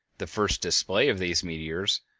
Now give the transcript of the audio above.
the first display of these meteors,